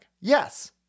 Yes